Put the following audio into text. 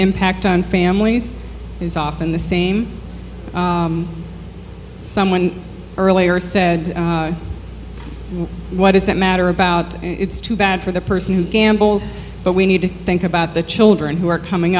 impact on families is often the same someone earlier said what does that matter about it's too bad for the person who gambles but we need to think about the children who are coming